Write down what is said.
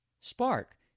spark